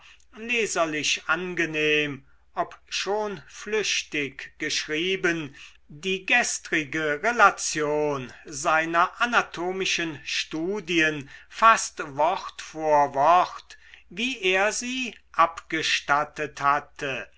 leserlich angenehm obschon flüchtig geschrieben die gestrige relation seiner anatomischen studien fast wort vor wort wie er sie abgestattet hatte